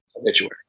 Obituary